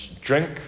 drink